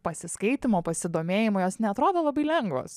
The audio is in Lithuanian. pasiskaitymo pasidomėjimo jos neatrodo labai lengvos